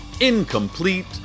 Incomplete